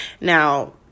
Now